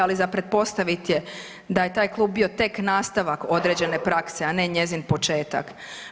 Ali za pretpostavit je da je taj klub bio tek nastavak određene prakse, a ne njezin početak.